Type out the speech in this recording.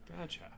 Gotcha